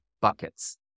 buckets